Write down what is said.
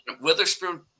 Witherspoon